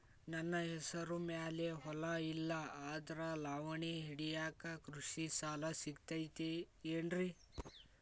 ನನ್ನ ಹೆಸರು ಮ್ಯಾಲೆ ಹೊಲಾ ಇಲ್ಲ ಆದ್ರ ಲಾವಣಿ ಹಿಡಿಯಾಕ್ ಕೃಷಿ ಸಾಲಾ ಸಿಗತೈತಿ ಏನ್ರಿ?